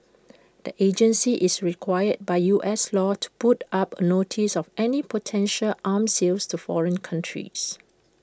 the agency is required by U S law to put up A notice of any potential arm sales to foreign countries